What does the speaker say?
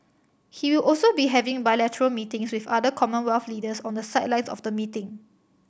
he will also be having bilateral meetings with other Commonwealth leaders on the sidelines of the meeting